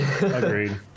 Agreed